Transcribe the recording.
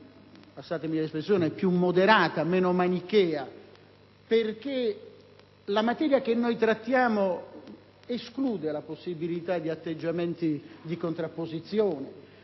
consentita l'espressione - più moderata e meno manichea, perché la materia oggi in esame esclude la possibilità di atteggiamenti di contrapposizione.